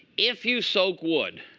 if you soak wood